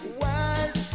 wise